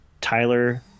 Tyler